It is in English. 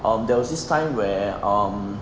um there was this time where um